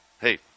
Hey